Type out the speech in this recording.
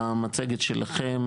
במצגת שלכם,